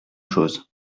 chose